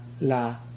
la